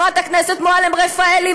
חברת הכנסת מועלם-רפאלי,